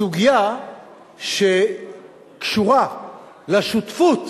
סוגיה שקשורה לשותפות